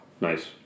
Nice